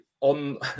on